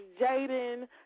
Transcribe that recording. Jaden